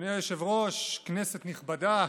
אדוני היושב-ראש, כנסת נכבדה,